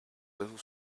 little